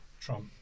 Trump